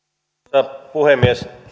arvoisa puhemies